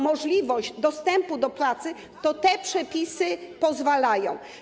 możliwość dostępu do pracy, to te przepisy na to pozwalają.